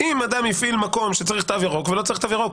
אם אדם הפעיל מקום שצריך תו ירוק והוא לא צריך תו ירוק.